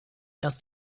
erst